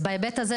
אז בהיבט הזה,